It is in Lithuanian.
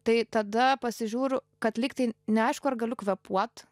tai tada pasižiūriu kad lygtai neaišku ar galiu kvėpuot